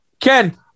Ken